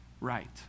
right